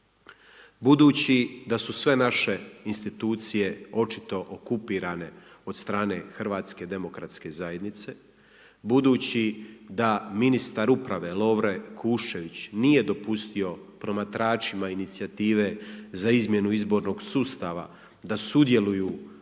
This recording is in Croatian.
Budući da su sve naše institucije očito okupirane od strane HDZ-a, budući da ministar uprave Lovro Kuščević nije dopustio promatračima Inicijative za izmjenu izbornog sustava da sudjeluju u